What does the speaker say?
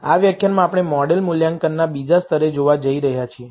આ વ્યાખ્યાનમાં આપણે મોડેલ મૂલ્યાંકનના બીજા સ્તરે જોવા જઈ રહ્યા છીએ